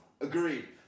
Agreed